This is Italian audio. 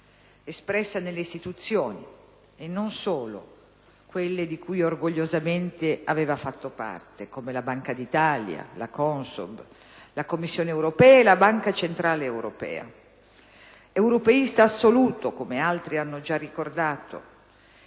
espressa nelle istituzioni (e non solo) di cui orgogliosamente aveva fatto parte, come la Banca d'Italia, la CONSOB, la Commissione europea e la Banca centrale europea. Europeista assoluto, come altri hanno già ricordato,